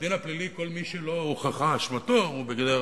בדין הפלילי כל מי שלא הוכחה אשמתו הוא בגדר